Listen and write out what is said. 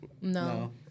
No